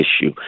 issue